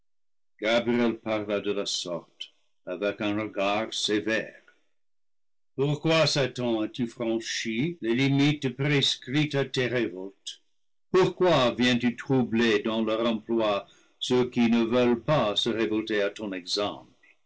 avec un regard sévère pourquoi satan as-tu franchi les limites prescrites à les ré voltes pourquoi viens-tu troubler dans leur emploi ceux qui ne veulent pas se révolter à ton exemple